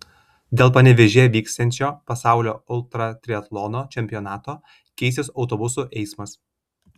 dėl panevėžyje vyksiančio pasaulio ultratriatlono čempionato keisis autobusų eismas